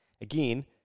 Again